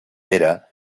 pere